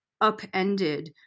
upended